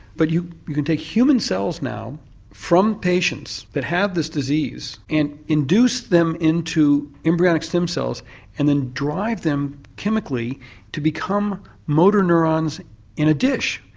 but you you can take human cells now from patients that have this disease and induce them into embryonic stem cells and then drive them chemically to become motor neurons in a dish.